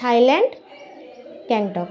Thailand Gangtok